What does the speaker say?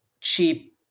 cheap